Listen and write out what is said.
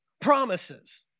promises